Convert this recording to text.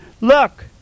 look